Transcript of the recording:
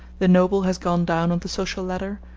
the noble has gone down on the social ladder,